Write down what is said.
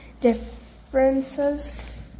differences